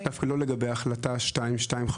ודווקא לא לגבי החלטה 2225,